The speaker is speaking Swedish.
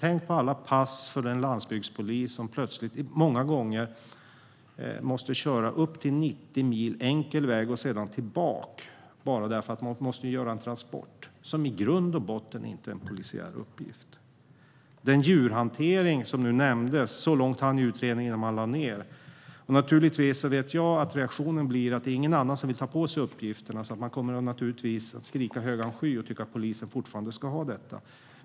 Tänk på de landsbygdspoliser som många gånger måste köra upp till 90 mil enkel väg och sedan tillbaka för att göra en transport som i grund och botten inte är en polisiär uppgift. Djurhanteringen hanns som sagt med innan utredningen lades ned. Jag vet vad rektionen kommer att bli. Ingen annan vill ta på sig dessa uppgifter, och man kommer att skrika i högan sky och tycka att polisen ska fortsätta med detta.